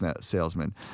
salesman